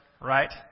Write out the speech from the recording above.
right